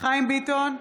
חיים ביטון,